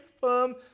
firm